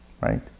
right